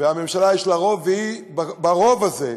וברוב הזה,